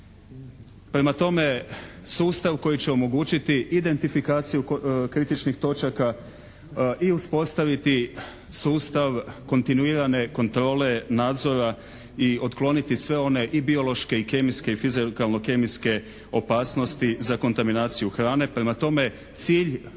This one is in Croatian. Prema tome sustav koji će omogućiti identifikaciju kritičnih točaka i uspostaviti sustav kontinuirane kontrole nadzora i otkloniti sve one i biološke i kemijske i fizikalno-kemijske opasnosti za kontaminaciju hrane. Prema tome cilj